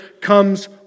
comes